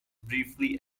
briefly